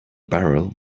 barrel